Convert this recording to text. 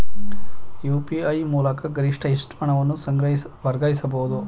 UPI ಮೂಲಕ ಗರಿಷ್ಠ ಎಷ್ಟು ಹಣವನ್ನು ವರ್ಗಾಯಿಸಬಹುದು?